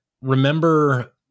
remember